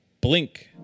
blink